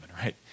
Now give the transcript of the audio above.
right